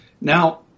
Now